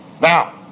Now